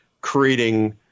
creating